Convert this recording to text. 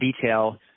detail